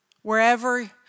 Wherever